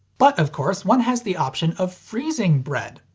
but of course one has the option of freezing bread!